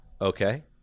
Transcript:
Okay